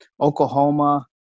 Oklahoma